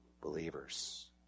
believers